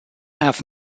have